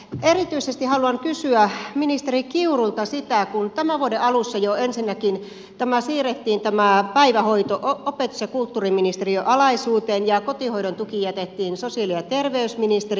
mutta erityisesti haluan kysyä ministeri kiurulta siitä kun tämän vuoden alussa jo ensinnäkin tämä päivähoito siirrettiin opetus ja kulttuuriministeriön alaisuuteen ja kotihoidon tuki jätettiin sosiaali ja terveysministeriöön